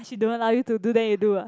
she don't allow you to do then you do ah